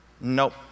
Nope